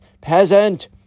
Peasant